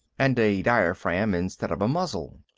and a diaphragm instead of a muzzle.